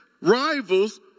rivals